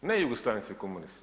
Ne jugoslavenski komunist.